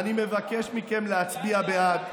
אני מבקש מכם להצביע בעד.